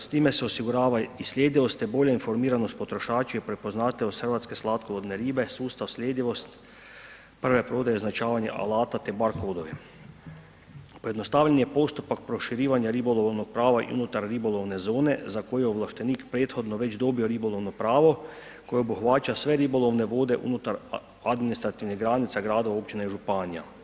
S time se osigurava i sljedivost te bolja informiranost potrošača i prepoznatljivost hrvatske slatkovodne ribe, sustav sljedivost prve prodaje označavanja alata te bar kodovi, pojednostavljen nje postupak proširivanja ribolovnog prava i unutar ribolovne zone za koju je ovlaštenik prethodno već dobio ribolovno pravo koje obuhvaća sve ribolovne vode unutar administrativnih granica, grada, općine i županija.